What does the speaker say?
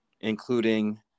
including